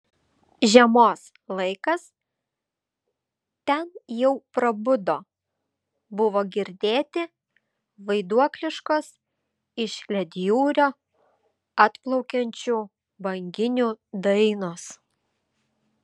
žiemos laikas ten jau prabudo buvo girdėti vaiduokliškos iš ledjūrio atplaukiančių banginių dainos